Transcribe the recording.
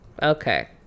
Okay